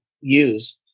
use